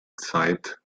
zeit